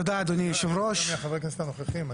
אני עוד לא יודע מי חברי הכנסת הנוכחיים.